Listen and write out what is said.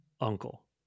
Uncle